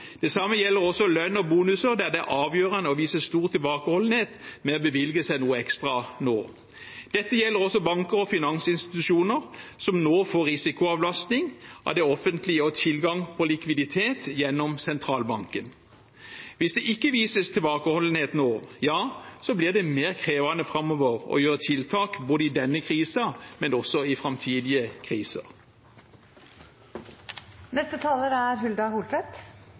Det samme gjelder også lønn og bonuser; det er avgjørende å vise stor tilbakeholdenhet med å bevilge seg noe ekstra nå. Dette gjelder også banker og finansinstitusjoner, som nå får risikoavlastning av det offentlige og tilgang på likviditet gjennom sentralbanken. Hvis det ikke vises tilbakeholdenhet nå, blir det mer krevende framover å gjøre tiltak både i denne krisen og i framtidige